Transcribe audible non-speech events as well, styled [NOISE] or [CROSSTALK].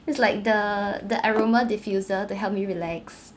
it's like the the [NOISE] aroma diffuser to help me relax